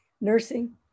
nursing